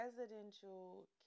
residential